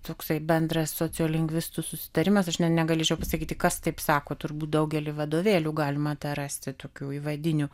toksai bendras sociolingvistų susitarimas aš negalėčiau pasakyti kas taip sako turbūt daugely vadovėlių galima rasti tokių įvadinių